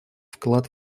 вклад